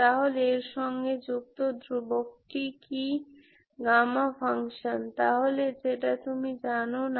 তাহলে এর সঙ্গে যুক্ত ধ্রুবকটি কি গামা ফাংশান তাহলে যেটা তুমি জানো না